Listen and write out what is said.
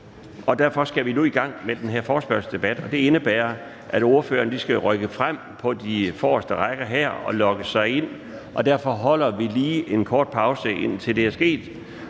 formand (Bjarne Laustsen): En forespørgselsdebat indebærer, at ordførerne skal rykke frem på de forreste rækker her og logge sig ind. Derfor holder vi lige en kort pause, indtil det er sket.